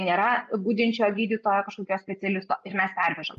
nėra budinčio gydytojo kažkokio specialisto ir mes pervežam